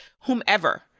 whomever